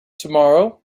tomorrow